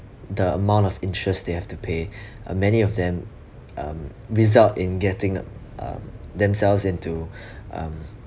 the amount of interest they have to pay uh many of them um result in getting um themselves into um